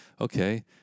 Okay